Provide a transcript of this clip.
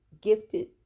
gifted